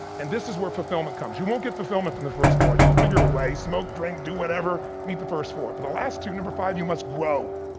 and this is where fulfillment comes. you won't get fulfillment from the first four. you'll figure a way, smoke, drink, do whatever, meet the first four, but the last two, number five, you must grow.